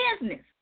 business